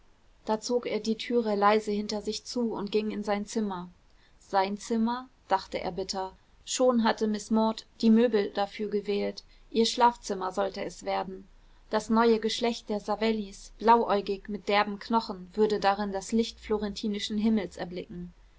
da zog er die türe leise hinter sich zu und ging in sein zimmer sein zimmer dachte er bitter schon hatte miß maud die möbel dafür gewählt ihr schlafzimmer sollte es werden das neue geschlecht der savellis blauäugig mit derben knochen würde darin das licht florentinischen himmels erblicken